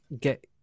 get